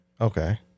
Okay